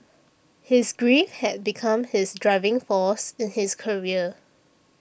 his grief had become his driving force in his career